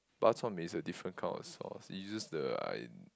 bak-chor-mee is the different kind of sauce it used the I